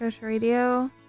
Radio